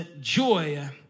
joy